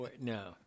No